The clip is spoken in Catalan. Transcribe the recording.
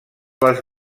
les